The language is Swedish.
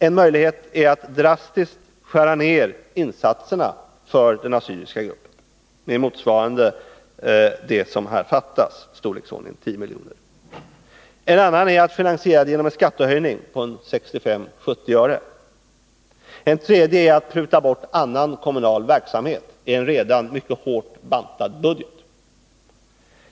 En möjlighet är att drastiskt skära ned insatserna för den assyriska/syrianska gruppen, dvs. en prutning med ett belopp motsvarande vad som fattas i pengar —-istorleksordningen 10 milj.kr. En annan möjlighet är att finansiera utgifterna med en skattehöjning på 65-70 öre. En tredje möjlighet är att pruta ned eller ta bort annan kommunal verksamhet i en redan mycket hårt bantad budget.